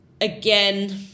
Again